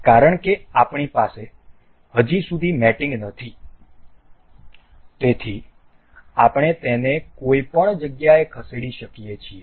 કારણ કે અમારી પાસે હજી સુધી મેટિંગ નથી તેથી આપણે તેને કોઈપણ જગ્યાએ ખસેડી શકીએ